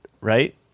right